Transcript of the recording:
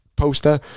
Poster